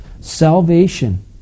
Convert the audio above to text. Salvation